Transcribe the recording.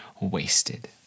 wasted